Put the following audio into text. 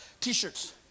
t-shirts